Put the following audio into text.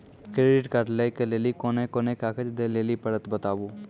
Credit card लै के लेली कोने कोने कागज दे लेली पड़त बताबू?